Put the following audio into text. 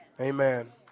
Amen